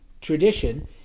tradition